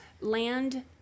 land